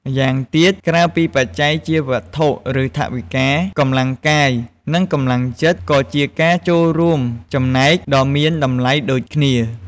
ម្យ៉ាងទៀតក្រៅពីបច្ច័យជាវត្ថុ ឬថវិកា កម្លាំងកាយ និងកម្លាំងចិត្ត ក៏ជាការចូលរួមចំណែកដ៏មានតម្លៃដូចគ្នា។